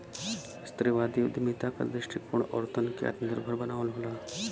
स्त्रीवादी उद्यमिता क दृष्टिकोण औरतन के आत्मनिर्भर बनावल होला